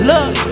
Look